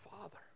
Father